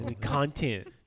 Content